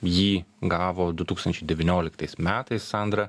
jį gavo du tūkstančiai devynioliktais metais andra